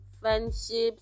friendships